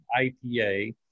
IPA